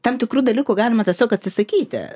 tam tikrų dalykų galima tiesiog atsisakyti